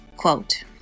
Quote